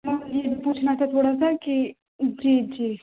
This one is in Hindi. मुझे ये पूछना था थोड़ा सा कि जी जी